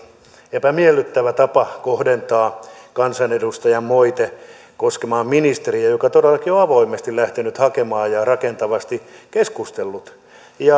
epämiellyttävä tapa kohdentaa kansanedustajan moite koskemaan ministeriä joka todellakin on avoimesti lähtenyt hakemaan ratkaisuja ja rakentavasti keskustellut